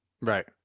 Right